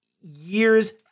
years